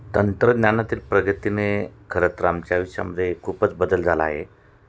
तंत्रज्ञानातील प्रगतीने खरंतर आमच्या आयुष्यामध्ये खूपच बदल झाला आहे